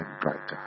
brighter